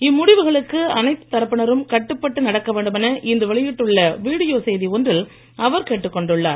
இம்முடிவுகளுக்கு அனைத்து தரப்பினரும் கட்டுப்பட்டு நடக்க வேண்டுமென இன்று வெளியிட்டுள்ள வீடியோ செய்தி ஒன்றில் அவர் கேட்டுக் கொண்டுள்ளார்